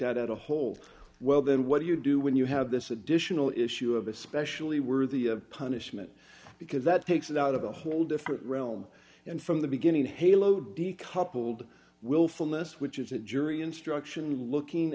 at as a whole well then what do you do when you have this additional issue of especially worthy of punishment because that takes it out of a whole different realm and from the beginning halo decoupled willfulness which is a jury instruction looking